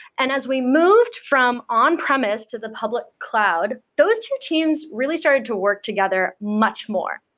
and as we moved from on-premise to the public cloud, those two teams really started to work together much more.